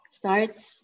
starts